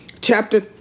chapter